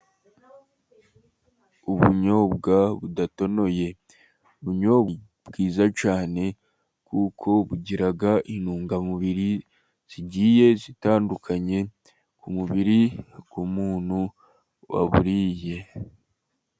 Ubunyobwa budatonoye. Ubunyobwa ni bwiza cyane kuko bugira intungamubiri zigiye zitandukanye, ku mubiri w'umuntu waburiye.